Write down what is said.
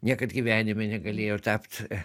niekad gyvenime negalėjo tapt